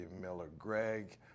Miller-Greg